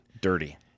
dirty